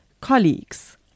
colleagues